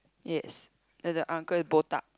yes that the uncle botak